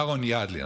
אהרן ידלין,